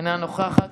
אינה נוכחת,